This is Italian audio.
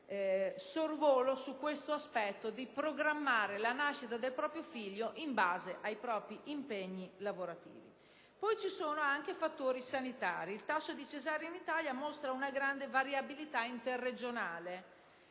poi anche fattori sanitari. Il tasso di parti cesarei in Italia mostra una grande variabilità interregionale: